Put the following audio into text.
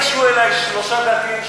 ניגשו אלי שלושה דתיים,